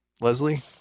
Leslie